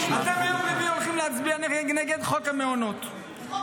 ביום רביעי אתם הולכים להצביע נגד חוק המעונות -- חוק ההשתמטות.